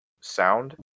Sound